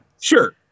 Sure